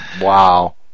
Wow